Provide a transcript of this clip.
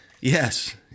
Yes